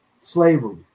slavery